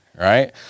right